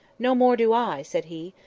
no more do i, said he.